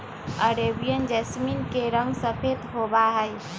Arabian jasmine के रंग सफेद होबा हई